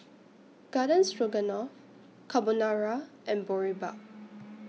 Garden Stroganoff Carbonara and Boribap